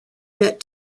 met